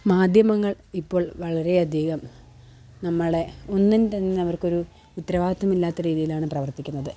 മാധ്യമങ്ങള് ഇപ്പോള് വളരെ അധികം നമ്മളെ ഒന്നിനുംതന്നെ അവര്ക്കൊരു ഉത്തരവാദിത്തമില്ലാത്ത രീതിയിലാണ് പ്രവര്ത്തിക്കുന്നത്